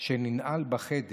שננעל בחדר